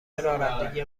رانندگی